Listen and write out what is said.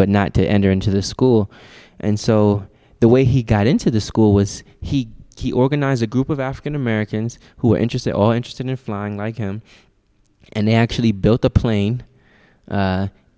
but not to enter into the school and so the way he got into the school was he he organized a group of african americans who were interested or interested in flying like him and they actually built the plane